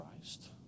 Christ